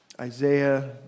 Isaiah